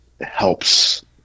helps